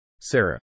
Sarah